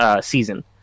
season